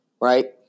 right